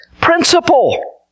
principle